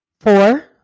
four